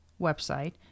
website